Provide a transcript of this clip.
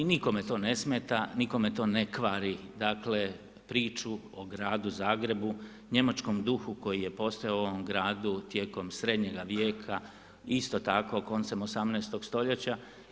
I nikome to ne smeta, nikome to ne kvari, dakle priču o gradu Zagrebu, njemačkom duhu koji je postojao u ovom gradu tijekom srednjega vijeka i isto tako koncem 18. stoljeća.